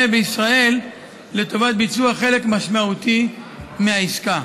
בישראל לטובת ביצוע חלק משמעותי מהעסקה.